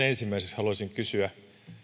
ensimmäiseksi haluaisin kysyä kun